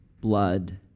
blood